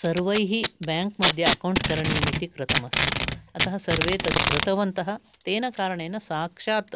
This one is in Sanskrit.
सर्वैः बैङ्क् मध्ये अकौण्ट् करणीयमिति कृतम् अस्ति अतः सर्वे तद् कृतवन्तः तेन कारणेन साक्षात्